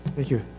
thank you.